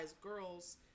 girls